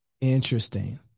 Interesting